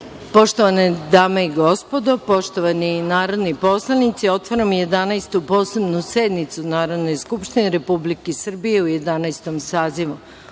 Poštovane dame i gospodo, poštovani narodni poslanici, otvaram Jedanaestu posebnu sednicu Narodne skupštine Republike Srbije u Jedanaestom